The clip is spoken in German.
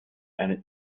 einen